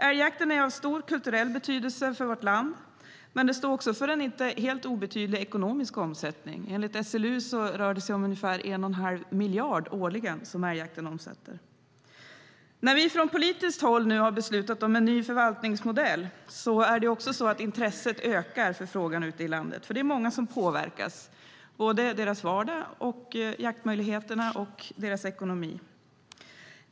Älgjakten är av stor kulturell betydelse för vårt land, men den står också för en inte helt obetydlig ekonomisk omsättning. Enligt SLU omsätter älgjakten ungefär 1 1⁄2 miljard årligen. När vi från politiskt håll nu har beslutat om en ny förvaltningsmodell ökar intresset för frågan ute i landet. Det är många som påverkas. Det gäller deras vardag, jaktmöjligheterna och deras ekonomi.